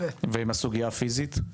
ועם הסוגייה הפיזית?